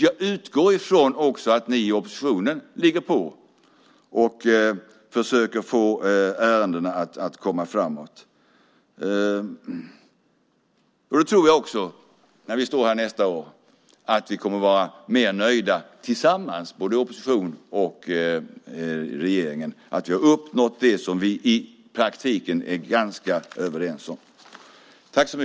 Jag utgår ifrån att ni i oppositionen ligger på och försöker få ärendena att komma framåt. När vi står här nästa år tror jag att vi kommer att vara mer nöjda tillsammans, både oppositionen och regeringen, för att vi har uppnått det som vi i praktiken är ganska överens om.